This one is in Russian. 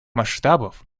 масштабов